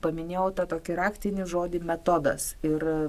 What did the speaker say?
paminėjau tą tokį raktinį žodį metodas ir